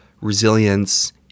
resilience